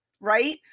Right